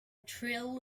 trill